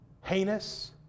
heinous